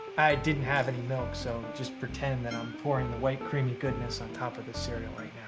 i didn't have any milk so just pretend and i'm pouring the white creamy goodness on top of the cereal right